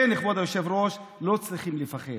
כן, כבוד היושב-ראש, לא צריכים לפחד.